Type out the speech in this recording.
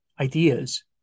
ideas